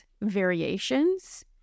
variations